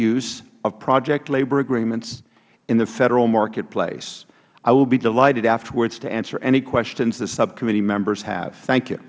use of project labor agreements in the federal marketplace i will be delighted afterwards to answer any questions the subcommittee members have thank you